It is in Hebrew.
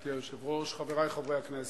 גברתי היושבת-ראש, חברי חברי הכנסת,